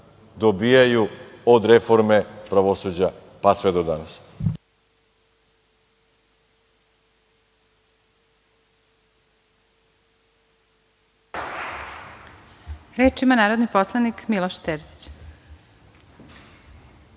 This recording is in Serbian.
dobijaju od reforme pravosuđa pa sve do danas.